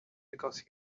because